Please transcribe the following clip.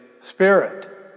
spirit